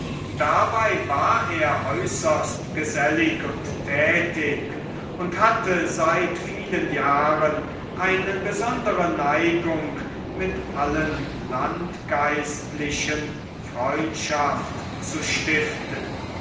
dabei war er äußerst gesellig und tätig und hatte seit vielen jahren eine besondere neigung mit allen landgeistlichen freundschaft zu stiften